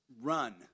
run